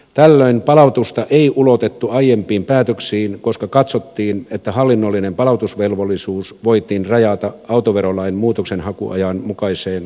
tällöin palautusta ei ulotettu aiempiin päätöksiin koska katsottiin että hallinnollinen palautusvelvollisuus voitiin rajata autoverolain muutoksenhakuajan mukaiseen kolmeen vuoteen